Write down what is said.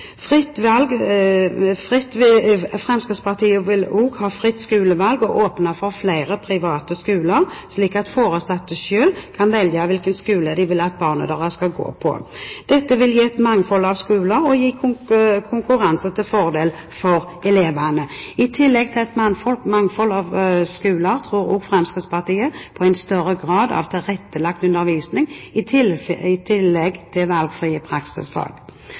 Fremskrittspartiet vil også ha fritt skolevalg og åpner for flere private skoler, slik at foresatte selv kan velge hvilken skole de vil at barna deres skal gå på. Dette vil gi et mangfold av skoler og gi konkurranse til fordel for elevene. I tillegg til et mangfold av skoler, tror Fremskrittspartiet på en større grad av tilrettelagt undervisning og valgfrie praksisfag. Fremskrittspartiet har merket seg og er glad for at statsråden har kommet med positive signaler i